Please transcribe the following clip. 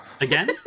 Again